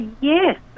Yes